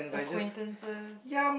aquintances